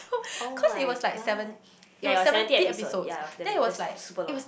[oh]-my-god ya got seventy episode ya it was damn that's super long